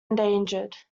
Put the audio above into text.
endangered